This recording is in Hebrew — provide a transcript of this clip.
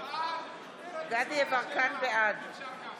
לשם כך